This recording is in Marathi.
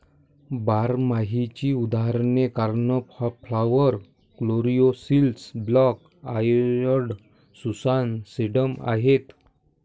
बारमाहीची उदाहरणे cornflower, coreopsis, black eyed Susan, sedum आहेत